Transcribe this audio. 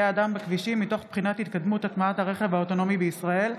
אדם בכבישים מתוך בחינת התקדמות הטמעת הרכב האוטונומי בישראל.